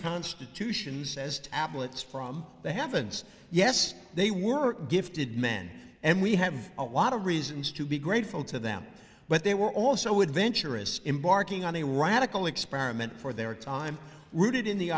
constitution says tablets from the heavens yes they were gifted men and we have a lot of reasons to be grateful to them but they were also adventurous embarking on a radical experiment for their time rooted in the